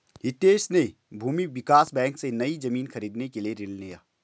हितेश ने भूमि विकास बैंक से, नई जमीन खरीदने के लिए ऋण लिया